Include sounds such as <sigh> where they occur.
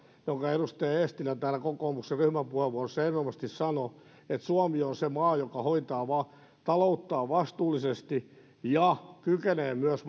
jonka edustaja eestilä täällä kokoomuksen ryhmäpuheenvuorossa erinomaisesti sanoi suomi on se maa joka hoitaa talouttaan vastuullisesti ja kykenee myös <unintelligible>